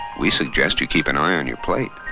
we suggest you keep an eye on your plate